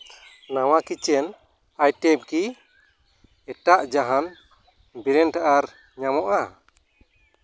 ᱱᱟᱣᱟ kitchen items ᱠᱤ ᱮᱴᱟᱜ ᱡᱟᱦᱟᱱ ᱵᱨᱮᱱᱰ ᱟᱨ ᱧᱟᱢᱚᱜᱼᱟ